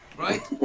Right